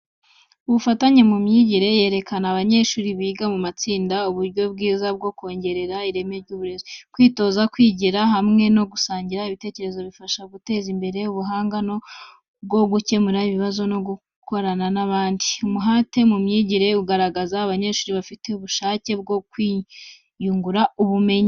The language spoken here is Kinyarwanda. Ubufatanye mu myigire yerekana abanyeshuri biga mu matsinda, uburyo bwiza bwo kongera ireme ry’uburezi. Kwitoza kwigira hamwe no gusangira ibitekerezo bifasha guteza imbere ubuhanga bwo gukemura ibibazo no gukorana n’abandi. Umuhate mu myigire ugaragaza abanyeshuri bafite ubushake bwo kwiyungura ubumenyi.